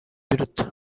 biruta